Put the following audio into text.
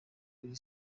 kuri